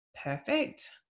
perfect